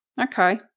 Okay